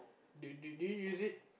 do do do you use it